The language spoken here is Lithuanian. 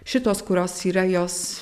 šitos kurios yra jos